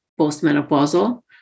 postmenopausal